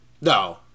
No